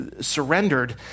surrendered